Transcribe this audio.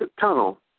Tunnel